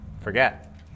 forget